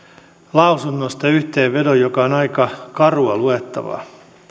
lausunnosta yhteenvedon joka on aika karua luettavaa